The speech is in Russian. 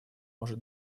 уже